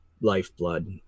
lifeblood